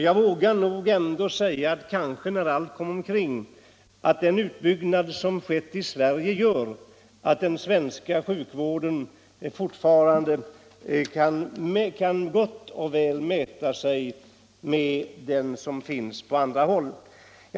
Jag vågar nog ändå säga att den utbyggnad som skett i Sverige gör att den svenska sjukvården fortfarande gott och väl kan mäta sig med den som finns på andra håll.